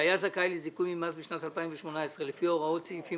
שהיה זכאי לזיכוי ממס בשנת 2018 לפי הוראות סעיפים